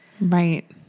Right